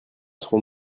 serons